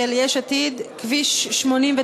של יש עתיד, כביש 89,